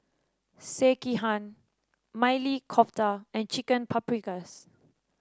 Sekihan Maili Kofta and Chicken Paprikas